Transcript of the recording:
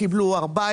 קיבלו 14,